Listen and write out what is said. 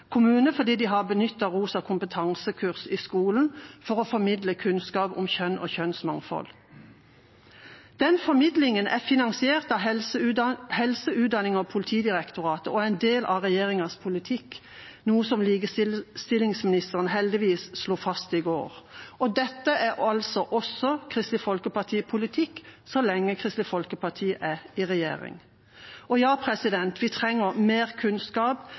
kommune fordi de har benyttet Rosa kompetanse-kurs i skolen til å formidle kunnskap om kjønn og kjønnsmangfold. Den formidlingen er finansiert av Helsedirektoratet, Utdanningsdirektoratet og Politidirektoratet og er en del av regjeringens politikk, noe likestillingsministeren heldigvis slo fast i går. Dette er altså også Kristelig Folkeparti-politikk så lenge Kristelig Folkeparti er i regjering. Ja, vi trenger mer kunnskap,